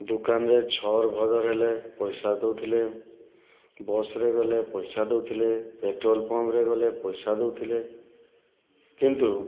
ଦୋକାନରେ ହେଲେ ପଇସା ଦେଉଥିଲେ ବସ୍ ରେ ଗଲେ ପଇସା ଦେଉଥିଲେ ପେଟ୍ରୋଲ ପମ୍ପରେ ଗଲେ ପଇସା ଦେଉଥିଲେ କିନ୍ତୁ